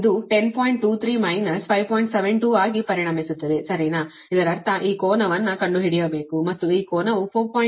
72 ಆಗಿ ಪರಿಣಮಿಸುತ್ತದೆ ಸರಿನಾ ಇದರರ್ಥಈ ಕೋನವನ್ನು ಕಂಡುಹಿಡಿಯಬೇಕು ಮತ್ತು ಈ ಕೋನವು 4